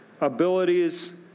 abilities